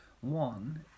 one